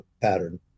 pattern